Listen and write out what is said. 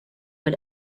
but